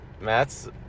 Matt's